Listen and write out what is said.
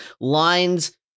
lines